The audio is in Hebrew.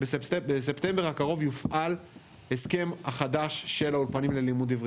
שבספטמבר הקרוב יופעל ההסכם החדש של האולפנים ללימוד העברית,